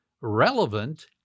relevant